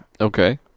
Okay